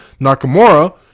Nakamura